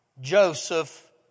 Joseph